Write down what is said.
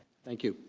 thank you